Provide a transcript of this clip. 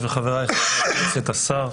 היושב-ראש, חבריי חברי הכנסת, השר,